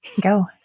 go